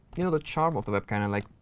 you know, the charm of the web. kind of like,